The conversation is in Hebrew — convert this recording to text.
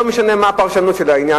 לא משנה מה הפרשנות של העניין,